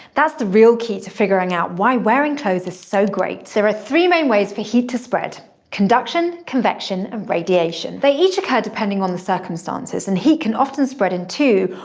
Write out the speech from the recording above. that's the real key to figuring out why wearing clothes is so great. there are three main ways for heat to spread conduction, convection, and radiation. they each occur depending on the circumstances, and heat can often spread in two,